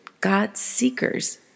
God-seekers